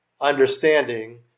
understanding